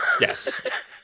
Yes